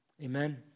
Amen